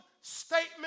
statement